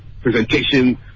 presentation